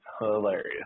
hilarious